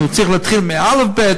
הוא צריך להתחיל מאלף-בית,